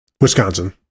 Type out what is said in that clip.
Wisconsin